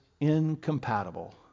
incompatible